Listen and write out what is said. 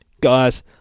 Guys